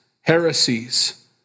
heresies